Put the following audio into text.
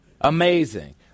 Amazing